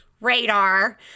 radar